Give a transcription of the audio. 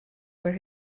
where